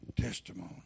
testimony